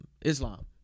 Islam